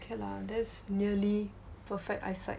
okay lah that's nearly perfect eyesight